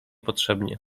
potrzebnie